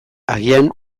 agian